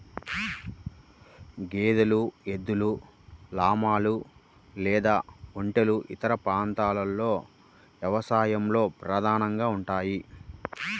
గేదెలు, ఎద్దులు, లామాలు లేదా ఒంటెలు ఇతర ప్రాంతాల వ్యవసాయంలో ప్రధానంగా ఉంటాయి